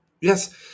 Yes